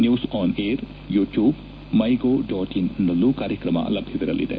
news On Air YouTube My Gov dot ಇನ್ನಲ್ಲೂ ಕಾರ್ಯಕ್ರಮ ಲಭ್ಯವಿರಲಿದೆ